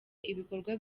ibikorwa